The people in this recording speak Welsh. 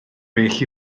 bell